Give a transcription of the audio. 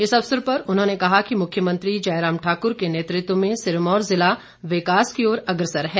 इस अवसर पर उन्होंने कहा कि मुख्यमंत्री जयराम ठाकुर ने नेतृत्व में सिरमौर जिला विकास की ओर अग्रसर है